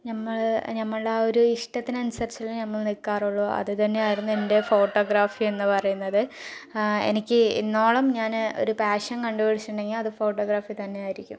നമ്മൾ നമ്മളുടെ ആ ഒരു ഇഷ്ടത്തിന് അനുസരിച്ചല്ലേ നമ്മൾ നിൽക്കാറുള്ളു അത് തന്നെയായിരുന്നു എൻ്റെ ഫോട്ടോഗ്രാഫി എന്ന് പറയുന്നത് എനിക്ക് ഇന്നോളം ഞാന് ഒരു പാഷൻ കണ്ടു പിടിച്ചിട്ടുണ്ടങ്കിൽ അത് ഫോട്ടോഗ്രാഫി തന്നെ ആയിരിക്കും